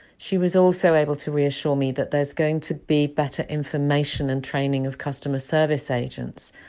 she was also able to reassure me that there's going to be better information and training of customer service agents,